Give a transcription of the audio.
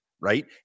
right